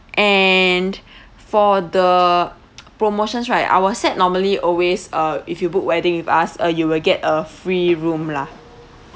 and for the promotions right our set normally always uh if you book wedding with us uh you will get a free room lah